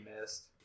missed